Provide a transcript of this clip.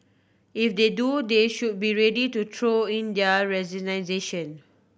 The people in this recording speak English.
if they do they should be ready to throw in their resignation